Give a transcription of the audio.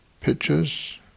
pictures